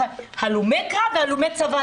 הלומי קרב והלומי צבא,